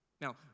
Now